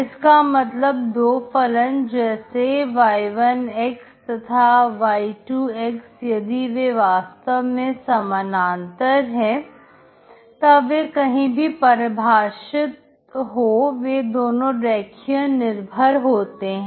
इसका मतलब दो फलन जैसे y1 तथा y2 यदि वे वास्तव में समानांतर है तब वे कहीं भी परिभाषित हो वे दोनों रेखीय निर्भर होते हैं